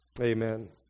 Amen